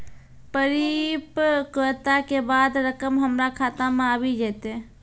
परिपक्वता के बाद रकम हमरा खाता मे आबी जेतै?